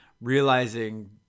realizing